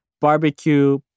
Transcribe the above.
barbecue